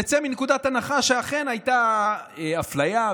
נצא מנקודת הנחה שאכן הייתה אפליה,